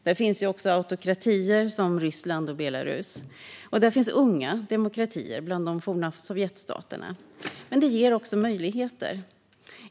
Där finns ju också autokratier som Ryssland och Belarus, och där finns unga demokratier bland de forna sovjetstaterna. Men det ger också möjligheter.